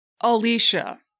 Alicia